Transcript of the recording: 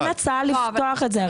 אין הצעה לפתוח את זה,